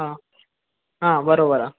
हा हा बरोबर आहे